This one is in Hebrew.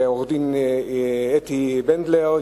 ולעורכת-הדין אתי בנדלר,